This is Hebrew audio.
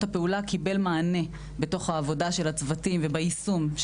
הפעולה קיבל מענה בתוך העבודה של הצוותים וביישום.